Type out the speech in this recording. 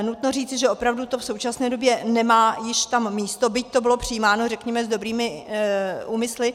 Nutno říci, že opravdu to v současné době nemá již tam místo, byť to bylo přijímáno řekněme s dobrými úmysly.